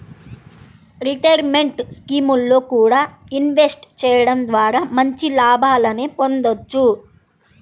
retirement స్కీముల్లో కూడా invest చెయ్యడం ద్వారా మంచి లాభాలనే పొందొచ్చు